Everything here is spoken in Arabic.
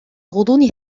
غضون